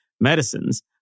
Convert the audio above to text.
medicines